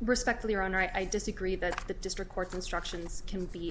respectfully your honor i disagree that the district court's instructions can be